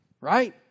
right